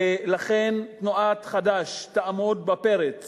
ולכן תנועת חד"ש תעמוד בפרץ